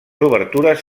obertures